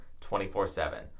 24-7